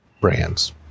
brands